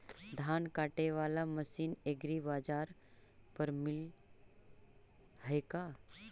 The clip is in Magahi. धान काटे बाला मशीन एग्रीबाजार पर मिल है का?